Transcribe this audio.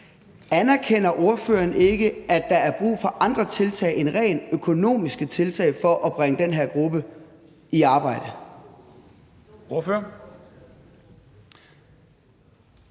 anerkender ordføreren ikke, at der er brug for andre tiltag end rent økonomiske tiltag for at bringe den her gruppe i arbejde?